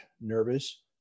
nervous